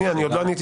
עוד לא עניתי.